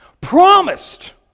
promised